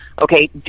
okay